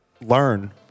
learn